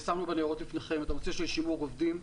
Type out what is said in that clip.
ושמנו בניירות לפניכם את הנושא של שימור עובדים,